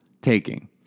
taking